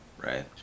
right